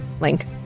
link